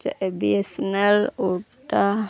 चाहे B S N L Voda